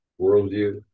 worldview